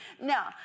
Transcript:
Now